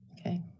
Okay